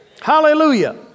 Hallelujah